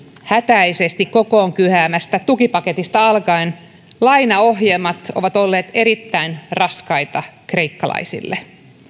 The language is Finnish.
hätäisesti kokoon kyhäämästä tukipaketista alkaen lainaohjelmat ovat olleet erittäin raskaita kreikkalaisille